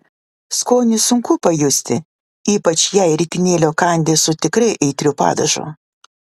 skonį sunku pajusti ypač jei ritinėlio kandi su tikrai aitriu padažu